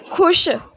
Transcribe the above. ਖੁਸ਼